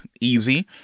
easy